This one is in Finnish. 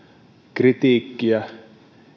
kritiikkiä